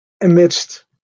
amidst